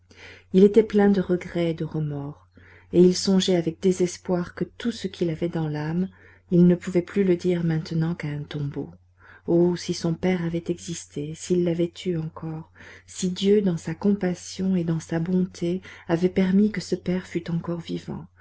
il était plein de regrets et de remords et il songeait avec désespoir que tout ce qu'il avait dans l'âme il ne pouvait plus le dire maintenant qu'à un tombeau oh si son père avait existé s'il l'avait eu encore si dieu dans sa compassion et dans sa bonté avait permis que ce père fût encore vivant